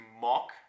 mock